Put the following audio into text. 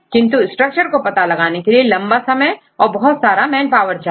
किंतु स्ट्रक्चर को पता करने के लिए लंबा समय और बहुत सारा मेन पावर चाहिए